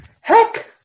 Heck